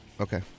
Okay